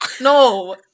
No